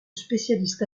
spécialiste